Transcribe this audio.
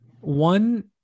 One